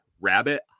rabbit